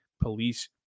police